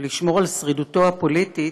ולשמור על שרידותו הפוליטית,